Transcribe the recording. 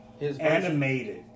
animated